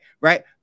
right